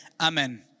Amen